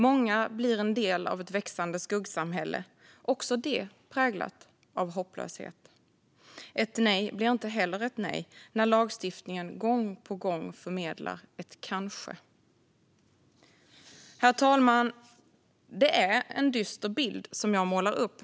Många blir en del av ett växande skuggsamhälle, också det präglat av hopplöshet. Ett nej blir inte heller ett nej när lagstiftningen gång på gång förmedlar ett kanske. Herr talman! Det är en dyster bild jag målar upp.